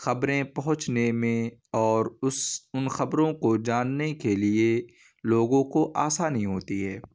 خبریں پہنچنے میں اور اس ان خبروں کو جاننے کے لیے لوگوں کو آسانی ہوتی ہے